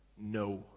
No